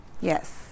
Yes